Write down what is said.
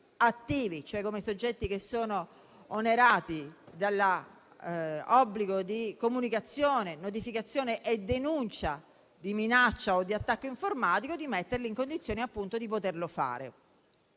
attivi (cioè come soggetti che sono onerati dell'obbligo di comunicazione, notificazione e denuncia di minaccia o di attacco informatico) di poterlo fare.